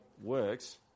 works